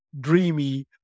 dreamy